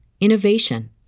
innovation